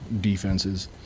defenses